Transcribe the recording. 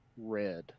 red